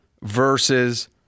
versus